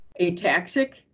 ataxic